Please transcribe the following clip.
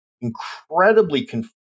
incredibly